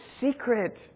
secret